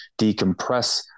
decompress